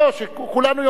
שכולם יאמרו,